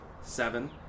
seven